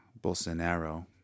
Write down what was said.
Bolsonaro